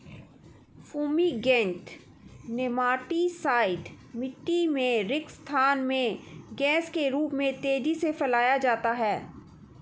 fumigant nematicide मिटटी में रिक्त स्थान में गैस के रूप में तेजी से फैलाया जाता है